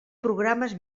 programes